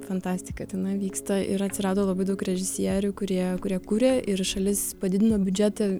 fantastika tenai vyksta ir atsirado labai daug režisierių kurie kurie kuria ir šalis padidino biudžetą